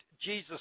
Jesus